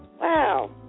Wow